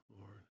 Lord